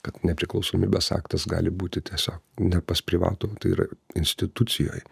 kad nepriklausomybės aktas gali būti tiesiog ne pas privatų tai yra institucijoj